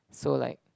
so like